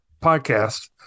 podcast